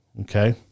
Okay